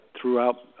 throughout